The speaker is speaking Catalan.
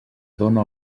dóna